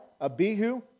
Abihu